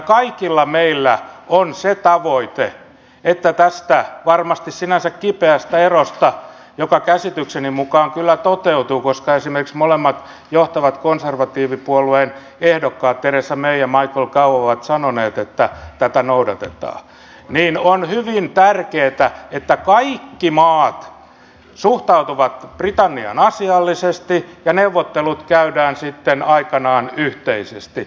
kaikilla meillä on se tavoite että tästä varmasti sinänsä kipeästä erosta huolimatta joka käsitykseni mukaan kyllä toteutuu koska esimerkiksi molemmat johtavat konservatiivipuolueen ehdokkaat theresa may ja michael gove ovat sanoneet että tätä noudatetaan on hyvin tärkeätä että kaikki maat suhtautuvat britanniaan asiallisesti ja neuvottelut käydään sitten aikanaan yhteisesti